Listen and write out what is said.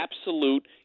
absolute